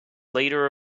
leader